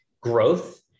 growth